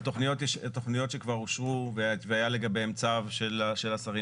על תכניות שכבר אושרו והיה לגביהם צו של השרים